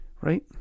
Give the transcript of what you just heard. Right